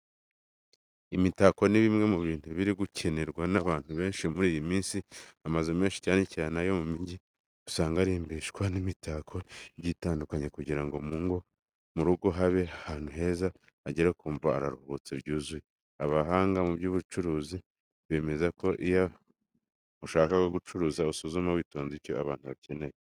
Imitako ni bimwe mu bintu biri gukenerwa n'abantu benshi muri iyi minsi. Amazu menshi cyane cyane ayo mu mijyi usanga arimbishijwe n'imitako igiye itandukanye kugira ngo mu rugo habe ahantu umuntu agera akumva aruhutse byuzuye. Abahanga mu by'ubucuruzi bemeza ko iyo ushaka gucuruza usuzuma witonze icyo abantu bakeneye.